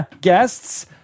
guests